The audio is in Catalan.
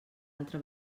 altra